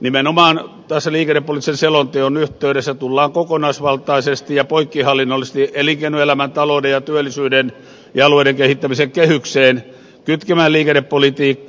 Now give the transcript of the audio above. nimenomaan tässä liikennepoliittisen selonteon yhteydessä tullaan kokonaisvaltaisesti ja poikkihallinnollisesti elinkeinoelämän talouden ja työllisyyden ja alueiden kehittämisen kehykseen kytkemään liikennepolitiikka